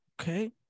okay